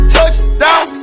Touchdown